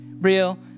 real